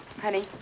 Honey